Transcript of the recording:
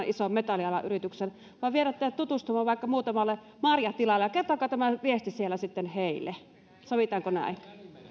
isoon metallialan yritykseen voin viedä teidät tutustumaan vaikka muutamalle marjatilalle ja kertokaa tämä viesti siellä sitten heille sovitaanko näin